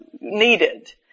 needed